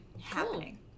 happening